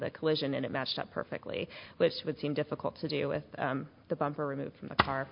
the collision and it matched up perfectly which would seem difficult to do with the bumper removed from the car